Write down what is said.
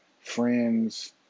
Friends